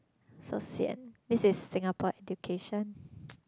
so sian this is Singapore education